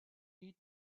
need